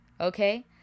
Okay